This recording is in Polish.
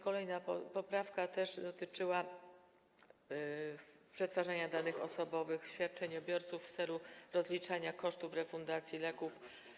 Kolejna poprawka również dotyczyła przetwarzania danych osobowych świadczeniobiorców w celu rozliczania kosztów refundacji leków.